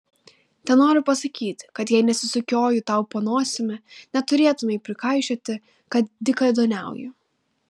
tenoriu pasakyti kad jei nesisukioju tau po nosimi neturėtumei prikaišioti kad dykaduoniauju